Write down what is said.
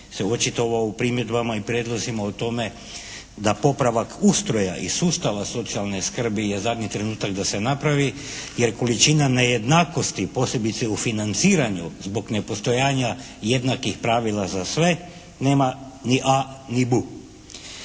se očitovao u primjedbama i prijedlozima o tome da popravak ustroja i sustava socijalne skrbi je zadnji trenutak da se napravi jer količina nejednakosti, posebice u financiranju, zbog nepostojanja jednakih pravila za sve nema ni a ni bu.